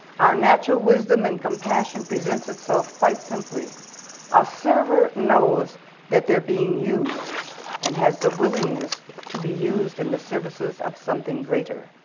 our natural wisdom and compassion presents itself quite simply a server knows that they're being used and has the willingness to be used in the services of something greater.